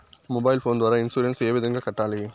mobile phone ద్వారా insurance ఏ విధంగా కట్టాలి